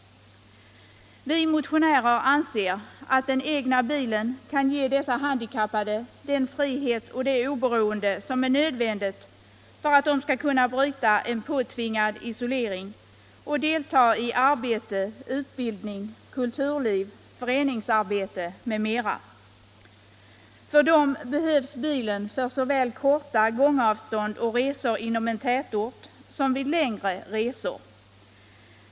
Vi motionärer anser att den egna bilen kan ge dessa handikappade den frihet och det oberoende som är nödvändiga förutsättningar för att de skall kunna bryta en påtvingad isolering och delta i arbete, utbildning, kulturliv, föreningsarbete m.m. För dem. behövs bilen för såväl korta gångavstånd och resor inom en lätort som vid längre resor.